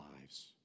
lives